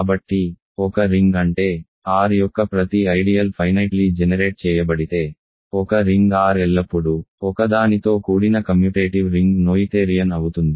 కాబట్టి ఒక రింగ్ అంటే R యొక్క ప్రతి ఐడియల్ అంతిమంగా జెనెరేట్ చేయబడితే ఒక రింగ్ R ఎల్లప్పుడూ ఒకదానితో కూడిన కమ్యుటేటివ్ రింగ్ నోయిథేరియన్ అవుతుంది